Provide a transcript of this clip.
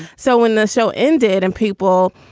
so when the show ended and people.